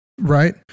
Right